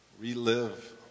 relive